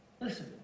Listen